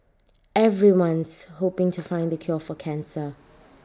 everyone's hoping to find the cure for cancer